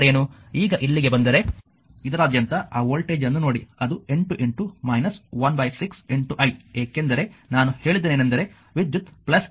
ಈಗ ಇಲ್ಲಿಗೆ ಬಂದರೆ ಇದರಾದ್ಯಂತ ಆ ವೋಲ್ಟೇಜ್ ಅನ್ನು ನೋಡಿ ಅದು 8 16 I ಏಕೆಂದರೆ ನಾನು ಹೇಳಿದ್ದೇನೆಂದರೆ ವಿದ್ಯುತ್ ಟರ್ಮಿನಲ್ ಅನ್ನು ಬಿಡುತ್ತಿದೆ